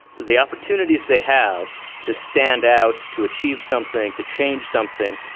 the opportunities they have to stand out to achieve something, to change something,